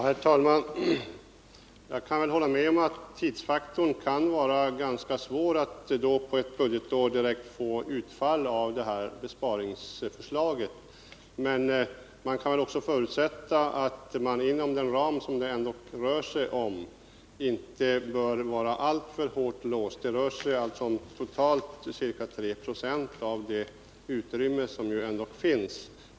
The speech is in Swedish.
Herr talman! När det gäller tidsfaktorn kan jag hålla med om att det på ett år kan vara ganska svårt att få utfall av detta besparingsförslag. Men vi kan väl också förutsätta att man inte behöver vara alltför hårt låst inom den ram som gäller. Det rör sig om totalt ca 3 76 av det utrymme som ändå finns.